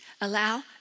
Allow